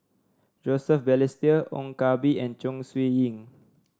Joseph Balestier Ong Koh Bee and Chong Siew Ying